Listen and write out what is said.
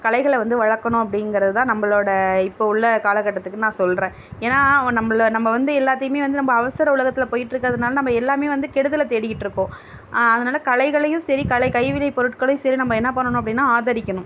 கலைகளை வந்து வளர்க்கணும் அப்படிங்கறதுதான் நம்பளோடய இப்போ உள்ள காலகட்டத்துக்கு நான் சொல்கிறேன் ஏன்னால் நம்பளை நம்ம வந்து எல்லாத்தையுமே வந்து நம்ப அவசர உலகத்தில் போயிட்டு இருக்கிறதுனால நம்ம எல்லாமே வந்து கெடுதலை தேடிக்கிட்டிருக்கோம் அதனால கலைகளையும் சரி கலை கைவினைப் பொருட்களையும் சரி நம்ப என்ன பண்ணணும் அப்படின்னா ஆதரிக்கணும்